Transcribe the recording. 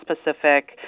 specific